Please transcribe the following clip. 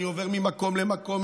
אני עובר ממקום למקום,